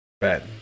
bad